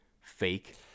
fake